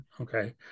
okay